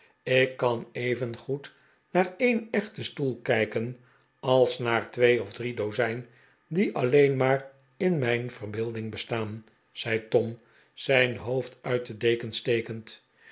ik kan even goed naar een echten stoel kijken als naar twee of drie dozijn die alleen maar in mijn verbeelding bestaan zei tom zijn hoofd uit de dekens stekend